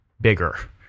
bigger